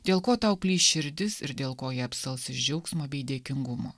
dėl ko tau plyš širdis ir dėl ko ji apsals iš džiaugsmo bei dėkingumo